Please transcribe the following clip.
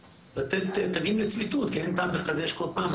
לתת תגים לצמיתות כי אין טעם לחדש כל פעם.